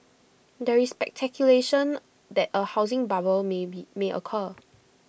there is speculation that A housing bubble may be may occur